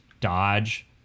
Dodge